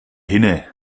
hinne